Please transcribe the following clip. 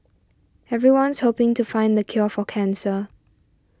everyone's hoping to find the cure for cancer